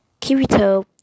Kirito